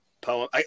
poem